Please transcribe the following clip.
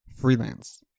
Freelance